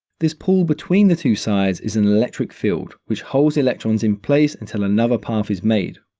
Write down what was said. this pull between the two sides is an electric field, which holds electrons in place until another path is made.